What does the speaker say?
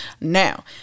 Now